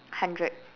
hundred